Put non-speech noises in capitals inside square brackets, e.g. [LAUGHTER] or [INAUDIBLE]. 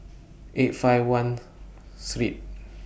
eight five one [NOISE] three